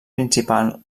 principal